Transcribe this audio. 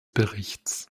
berichts